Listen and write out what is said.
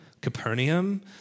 Capernaum